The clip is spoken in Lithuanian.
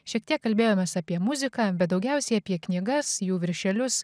šiek tiek kalbėjomės apie muziką bet daugiausiai apie knygas jų viršelius